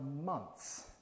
months